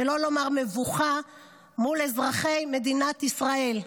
שלא לומר מבוכה, מול אזרחי מדינת ישראל.